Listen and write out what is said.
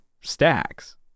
stacks